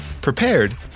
prepared